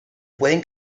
pueden